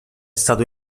stato